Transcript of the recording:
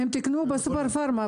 הם תיקנו לגבי סופר-פארם,